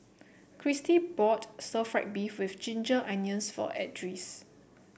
Kristy bought stir fry beef with Ginger Onions for Edris